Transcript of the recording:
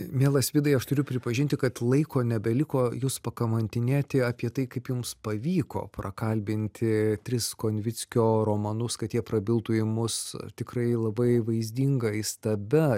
mielas vidai aš turiu pripažinti kad laiko nebeliko jūs pakamantinėti apie tai kaip jums pavyko prakalbinti tris konvickio romanus kad jie prabiltų į mus tikrai labai vaizdinga įstabia